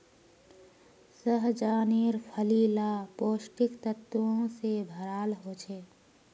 सह्जानेर फली ला पौष्टिक तत्वों से भराल होचे